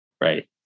Right